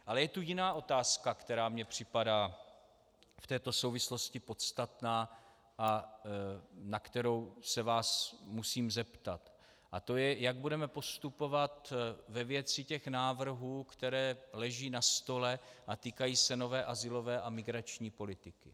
Ale je tu jiná otázka, která mi připadá v této souvislosti podstatná a na kterou se vás musím zeptat, a to je, jak budeme postupovat ve věci těch návrhů, které leží na stole a týkají se nové azylové a migrační politiky.